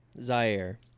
Zaire